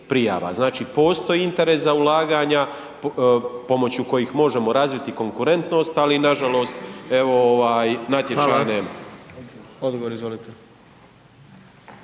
Znači postoji interes za ulaganja pomoću kojih možemo razviti konkurentnost, ali nažalost, evo ovaj natječaj nema.